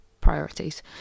priorities